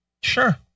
Sure